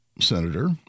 senator